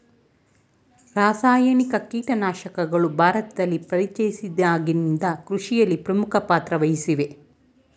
ರಾಸಾಯನಿಕ ಕೀಟನಾಶಕಗಳು ಭಾರತದಲ್ಲಿ ಪರಿಚಯಿಸಿದಾಗಿನಿಂದ ಕೃಷಿಯಲ್ಲಿ ಪ್ರಮುಖ ಪಾತ್ರ ವಹಿಸಿವೆ